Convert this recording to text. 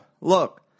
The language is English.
look